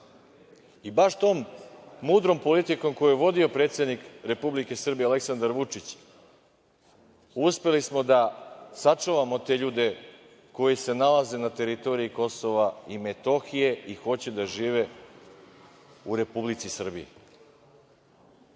Baš tom mudrom politikom koju je vodio predsednik Srbije Aleksandar Vučić uspeli smo da sačuvamo te ljudi koji se nalaze na teritoriji Kosova i Metohije i koji hoće da žive u Republici Srbiji. Ova